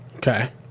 Okay